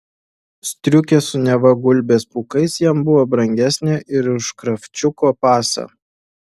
striukė su neva gulbės pūkais jam buvo brangesnė ir už kravčiuko pasą